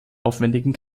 aufwendigen